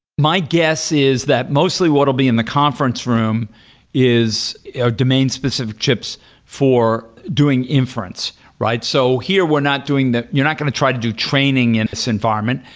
my guess is that mostly what will be in the conference room is domain-specific chips for doing inference, right? so here here we're not doing the you're not going to try to do training in this environment.